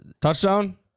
Touchdown